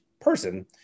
person